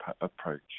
approach